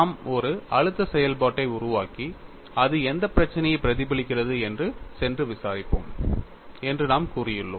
நாம் ஒரு அழுத்த செயல்பாட்டை உருவாக்கி அது எந்தப் பிரச்சினையை பிரதிபலிக்கிறது என்று சென்று விசாரிப்போம் என்று நாம் கூறியுள்ளோம்